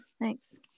thanks